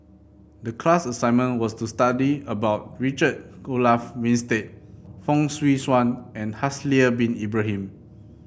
the class assignment was to study about Richard Olaf Winstedt Fong Swee Suan and Haslir Bin Ibrahim